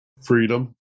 freedom